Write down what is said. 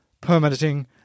permitting